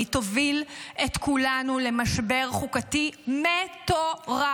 היא תוביל את כולנו למשבר חוקתי מטורף.